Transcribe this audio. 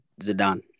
Zidane